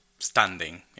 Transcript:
standing